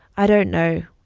i don't know.